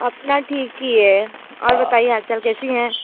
अपना ठीक ही है और बताइए हाल चाल कैसी हैं